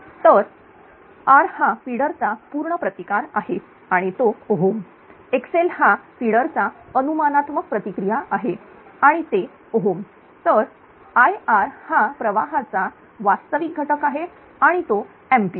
तर r हा feeder चा पूर्ण प्रतिकार आहे आणि तो Ω xl हा फिडर चा अनुमानात्मक प्रतिक्रिया आहे आणि ते ΩतरIr हा प्रवाहाचा वास्तविक घटक आहे आणि तो एंपियर